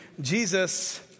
Jesus